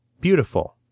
beautiful